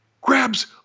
grabs